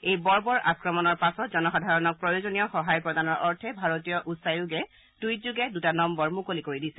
এই বৰ্বৰ আক্ৰমণৰ পাছত জনসাধাৰণক প্ৰয়োজনীয় সহায় প্ৰদানৰ অৰ্থে ভাৰতীয় উচ্চায়োগে টুইটযোগে দুটা নম্বৰ মুকলি কৰি দিছে